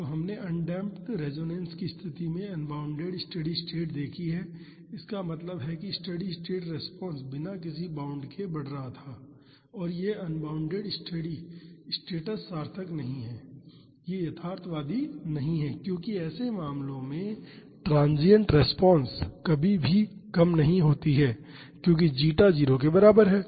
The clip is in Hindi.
तो हमने अनडेमप्ड रेजोनेंस की स्तिथि में अनबॉउंडेड स्टेडी स्टेट देखी है इसका मतलब है कि स्टेडी स्टेट रिस्पांस बिना किसी बाउंड के बढ़ रहा था और यह अनबॉउंडेड स्टेडी स्टेट्स सार्थक नहीं हैं वे यथार्थवादी नहीं हैं क्योंकि ऐसे मामलों में ट्रांसिएंट रिस्पांस कभी भी कम नहीं होती है क्योंकि जीटा 0 के बराबर है